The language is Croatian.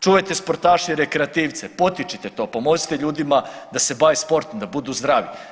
Čuvajte sportaše i rekreativce, potičite to, pomozite ljudima da se bave sportom, da budu zdravi.